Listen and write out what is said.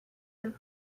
your